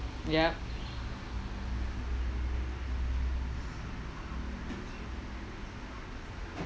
ya